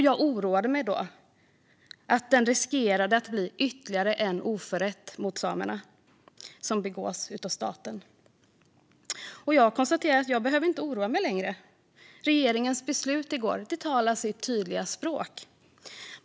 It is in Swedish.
Jag oroade mig då över att den riskerade att bli ytterligare en oförrätt mot samerna som begås av staten. Jag konstaterar att jag inte behöver oroa mig längre - regeringens beslut i går talar sitt tydliga språk.